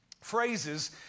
phrases